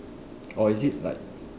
or is it like